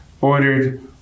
ordered